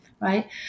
right